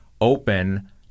open